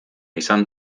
izan